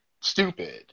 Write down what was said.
stupid